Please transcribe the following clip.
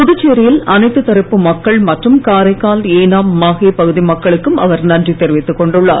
புதுச்சேரியில் அனைத்து தரப்பு மக்கள் மற்றும் காரைக்கால் ஏனாம் மாஹே பகுதி மக்களுக்கும் அவர் நன்றி தெரிவித்துக் கொண்டுள்ளார்